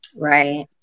Right